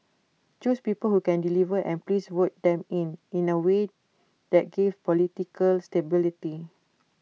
choose people who can deliver and please vote them in in A way that gives political stability